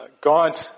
God